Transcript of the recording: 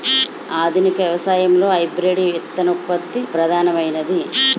ఆధునిక వ్యవసాయంలో హైబ్రిడ్ విత్తనోత్పత్తి ప్రధానమైనది